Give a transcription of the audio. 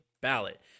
ballot